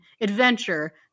adventure